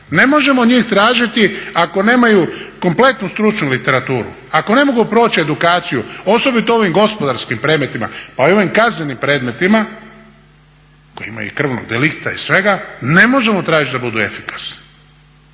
Ne možemo od njih tražiti ako nemaju kompletnu stručnu literaturu, ako ne mogu proći edukaciju, osobito u ovim gospodarskim predmetima pa i u ovim kaznenim predmetima koji imaju i krvnog delikta i svega ne možemo tražiti da budu efikasni.